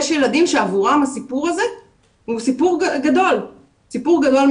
יש ילדים שעבורם הסיפור הזה הוא סיפור גדול מאוד.